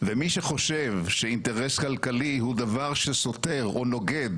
ומי שחושב שאינטרס כלכלי הוא דבר שסותר או נוגד